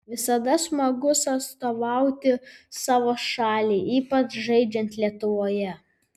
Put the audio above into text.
visada smagus atstovauti savo šaliai ypač žaidžiant lietuvoje